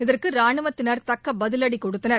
இதற்கு ரானுவத்தினர் தக்க பதிவடி கொடுத்தனர்